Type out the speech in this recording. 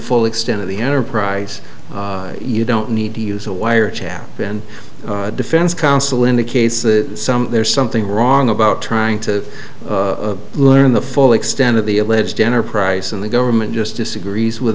full extent of the enterprise you don't need to use a wiretap then defense counsel indicates that some there's something wrong about trying to learn the full extent of the alleged enterprise and the government just disagrees with